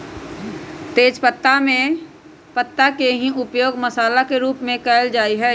तेजपत्तवा में पत्ता के ही उपयोग मसाला के रूप में कइल जा हई